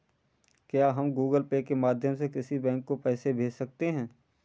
क्या हम Google Pay के माध्यम से किसी बैंक को पैसे भेज सकते हैं?